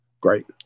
Great